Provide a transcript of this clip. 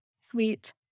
Sweet